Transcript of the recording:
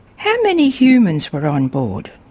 how many humans were on board,